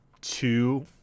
two